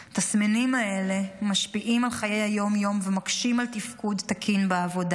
התסמינים האלה משפיעים על חיי היום-יום ומקשים על תפקוד תקין בעבודה,